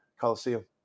Coliseum